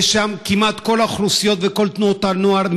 יש שם כמעט מכל האוכלוסיות ומכל תנועות הנוער,